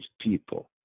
people